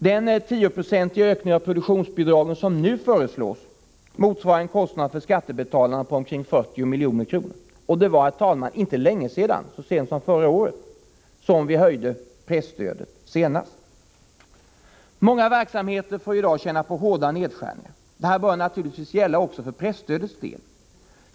Den 10-procentiga höjning av produktionsbidragen som nu föreslås motsvarar en kostnad för skattebetalarna på omkring 40 milj.kr. Ändå höjdes dessa bidrag så sent som förra året. Många verksamheter får i dag känna på hårda nedskärningar. Detta bör naturligtvis också gälla för presstödets del.